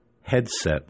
headset